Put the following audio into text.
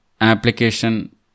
application